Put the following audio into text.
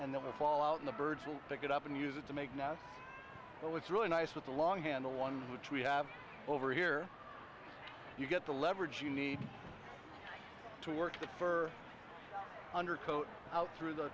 then the fall out in the birds will pick it up and use it to make now what's really nice with the long handle one which we have over here you get the leverage you need to work the fur under coat out through the